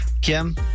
Kim